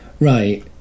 right